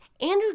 Andrew